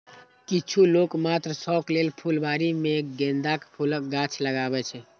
किछु लोक मात्र शौक लेल फुलबाड़ी मे गेंदाक फूलक गाछ लगबै छै